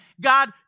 God